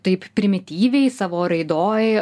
taip primityviai savo raidoj